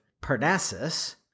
Parnassus